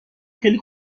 خیلی